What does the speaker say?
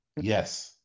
Yes